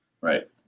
Right